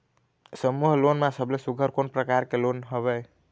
समूह लोन मा सबले सुघ्घर कोन प्रकार के लोन हवेए?